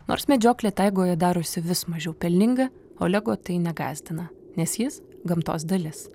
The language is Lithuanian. nors medžioklė taigoje darosi vis mažiau pelninga olego tai negąsdina nes jis gamtos dalis